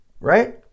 right